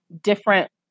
different